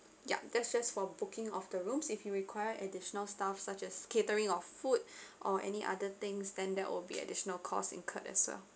ya that's just for booking of the rooms if you require additional stuff such as catering of food or any other things than there will be additional cost incurred as well